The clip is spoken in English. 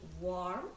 warm